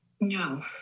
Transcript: No